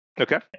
Okay